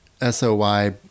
s-o-y